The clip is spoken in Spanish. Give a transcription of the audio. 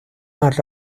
más